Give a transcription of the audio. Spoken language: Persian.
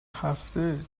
هفته